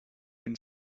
been